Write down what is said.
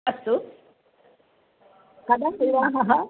अस्तु कदा विवाहः